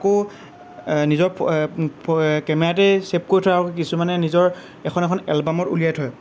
আকৌ নিজৰ কেমেৰাতেই ছেভ কৰি থয় আৰু কিছুমানে নিজৰ এখন এখন এলবামত উলিয়াই থয়